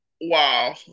Wow